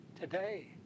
today